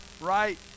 right